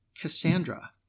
Cassandra